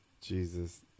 Jesus